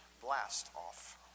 blast-off